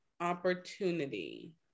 opportunity